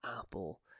apple